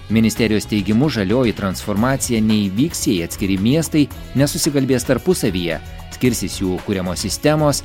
ministerijos teigimu žalioji transformacija neįvyks jei atskiri miestai nesusikalbės tarpusavyje skirsis jų kuriamos sistemos